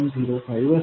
05 असेल